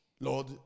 Lord